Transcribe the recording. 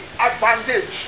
advantage